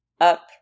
up